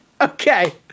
Okay